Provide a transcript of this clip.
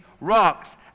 rocks